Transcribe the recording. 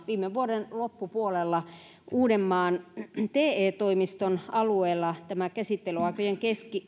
viime vuoden loppupuolella uudenmaan te toimiston alueella tämä käsittelyaikojen